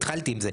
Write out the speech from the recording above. התחלתי עם זה,